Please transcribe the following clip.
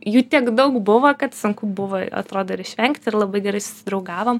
jų tiek daug buvo kad sunku buvo atrodo ir išvengt ir labai gerai susidraugavom